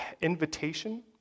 invitation